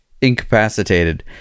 incapacitated